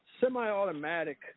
semi-automatic